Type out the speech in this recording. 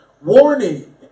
warning